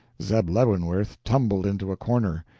zeb leavenworth tumbled into a corner.